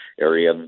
area